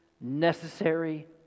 necessary